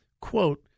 quote